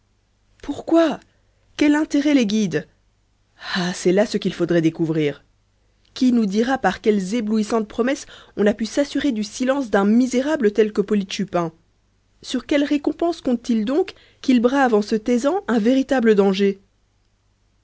pourquoi quel intérêt les guide ah c'est là ce qu'il faudrait découvrir qui nous dira par quelles éblouissantes promesses on a pu s'assurer du silence d'un misérable tel que polyte chupin sur quelle récompense compte t il donc qu'il brave en se taisant un véritable danger